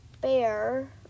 Bear